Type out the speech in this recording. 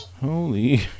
Holy